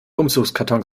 umzugskartons